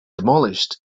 demolished